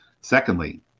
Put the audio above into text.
secondly